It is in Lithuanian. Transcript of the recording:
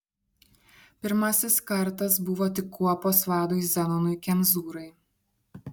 pirmasis kartas buvo tik kuopos vadui zenonui kemzūrai